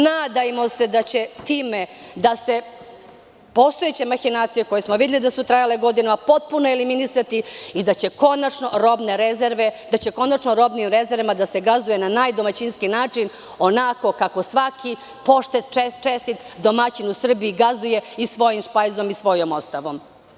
Nadajmo se da će time da se postojeće mahinacije koje smo videli da su trajale godinama, potpuno eliminisati i da će konačno robnim rezervama da se gazduje na najdomaćinskiji način onako kako svaki pošten, čestit domaćin u Srbiji gazduje i svojim špajzom i svojom ostavom.